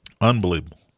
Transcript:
Unbelievable